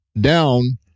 down